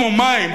כמו מים,